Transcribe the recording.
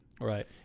Right